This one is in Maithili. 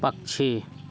पक्षी